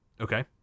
Okay